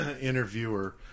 interviewer